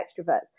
extroverts